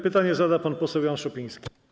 Pytanie zada pan poseł Jan Szopiński.